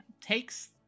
takes